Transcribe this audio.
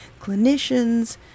clinicians